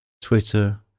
Twitter